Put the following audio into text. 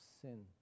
sin